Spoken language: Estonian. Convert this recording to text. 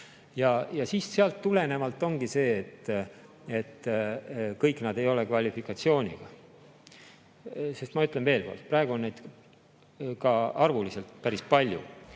kohta. Sealt tulenevalt ongi sedasi, et kõik nad ei ole kvalifikatsiooniga. Sest ma ütlen veel kord, praegu on neid arvuliselt päris palju.